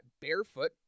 Barefoot